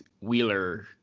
Wheeler